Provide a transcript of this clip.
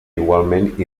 igualment